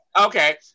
Okay